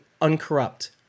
uncorrupt